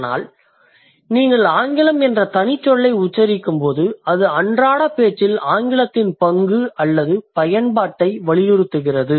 ஆனால் நீங்கள் ஆங்கிலம் என்ற தனிச்சொல்லை உச்சரிக்கும்போது அது அன்றாட பேச்சில் ஆங்கிலத்தின் பங்கு அல்லது பயன்பாட்டை வலியுறுத்துகிறது